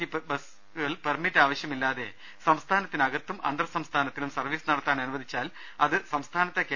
C ബസുകൾ permit ആവശ്യമില്ലാതെ സംസ്ഥാനത്തിനകത്തും അന്തർസംസ്ഥാനത്തിലും സർവ്വീസ് നടത്താൻ അനുവദിച്ചാൽ അത് സംസ്ഥാനത്തെ കെ